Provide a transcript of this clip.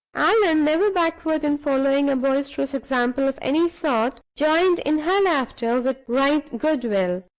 allan, never backward in following a boisterous example of any sort, joined in her laughter with right goodwill.